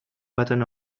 button